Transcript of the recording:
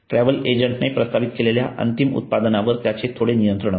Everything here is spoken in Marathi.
ट्रॅव्हल एजंटने प्रस्तवित केलेल्या अंतिम उत्पादनावर त्याचे थोडे नियंत्रण असते